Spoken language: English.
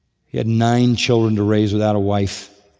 he had nine children to raise without a wife,